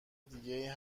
دیگه